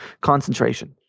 concentration